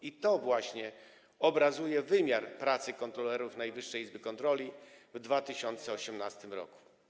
I to właśnie obrazuje wymiar pracy kontrolerów Najwyższej Izby Kontroli w 2018 r.